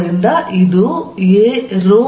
ಆದ್ದರಿಂದ ಇದು aρcosθ